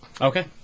Okay